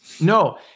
No